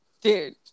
Dude